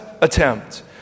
attempt